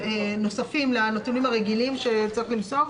נוספים לנתונים הרגילים שצריך למסור.